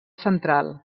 central